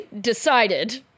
decided